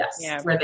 yes